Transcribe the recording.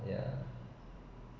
ya